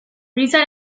giza